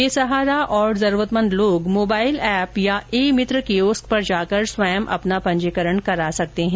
बेसहारा और जरूरतमंद लोग मोबाइल एप या ई मित्र कियोस्क पर जाकर स्वयं अपना पंजीकरण करा सकते है